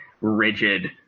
rigid